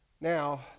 Now